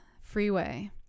freeway